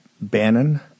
Bannon